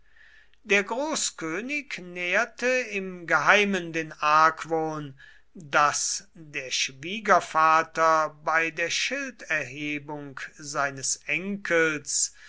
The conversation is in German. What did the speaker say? der großkönig näherte im geheimen den argwohn daß der schwiegervater bei der schilderhebung seines enkels